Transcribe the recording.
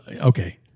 Okay